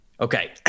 Okay